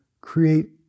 create